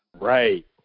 Right